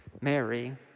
Mary